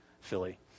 Philly